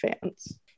fans